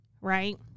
right